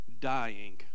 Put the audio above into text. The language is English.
dying